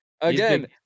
Again